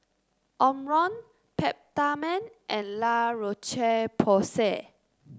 Omron Peptamen and La Roche Porsay